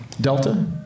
Delta